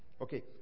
Okay